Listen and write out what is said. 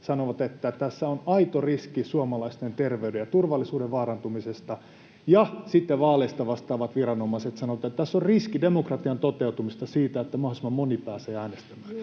sanoivat, että tässä on aito riski suomalaisten terveyden ja turvallisuuden vaarantumisesta, että sitten vaaleista vastaavat viranomaiset sanoivat, että tässä on riski demokratian toteutumisesta, siitä, että mahdollisimman moni pääsee äänestämään.